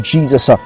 Jesus